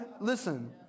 Listen